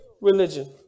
religion